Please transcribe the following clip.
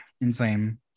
Insane